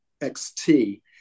XT